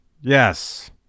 Yes